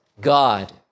God